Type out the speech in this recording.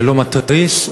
ולא מתריס,